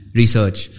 research